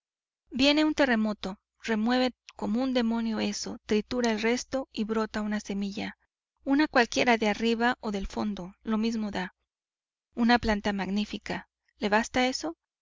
viene un terremoto remueve como un demonio eso tritura el resto y brota una semilla una cualquiera de arriba o del fondo lo mismo da una planta magnífica le basta eso